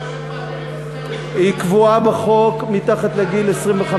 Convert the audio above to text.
היא קבועה בחוק: מתחת לגיל 25,